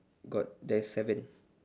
got there's seven